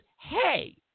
hey